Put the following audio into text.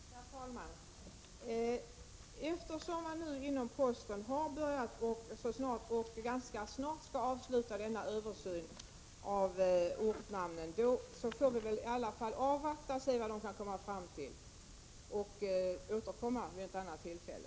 Herr talman! Eftersom man inom Posten arbetar med och ganska snart skall avsluta översynen av ortnamnen, får vi väl avvakta och se vad man kan komma fram till och återkomma vid ett annat tillfälle.